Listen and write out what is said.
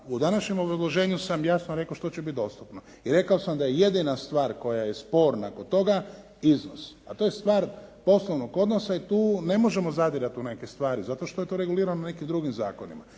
u današnjem obrazloženju sam jasno rekao što će biti dostupno. I rekao sam da je jedina stvar koja je sporna kod toga iznos, a to je stvar poslovnog odnosa i tu ne možemo zadirati u neke stvari zato što je to regulirano nekim drugim zakonima.